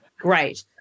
great